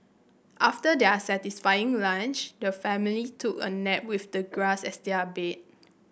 after their satisfying lunch the family took a nap with the grass as their bed